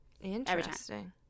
interesting